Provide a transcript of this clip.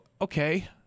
Okay